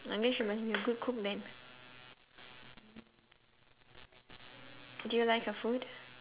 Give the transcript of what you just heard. I mean she must be a good cook then do you like her food